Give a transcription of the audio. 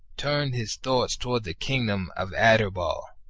turned his thoughts towards the kingdom of adherbal.